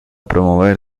promover